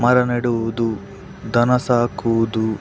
ಮರ ನೆಡುವುದು ದನ ಸಾಕುವುದು